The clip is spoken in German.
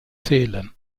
zählen